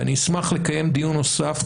ואני אשמח לקיים דיון נוסף,